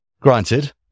Granted